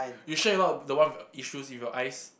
you sure you not the one with issues with your eyes